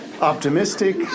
optimistic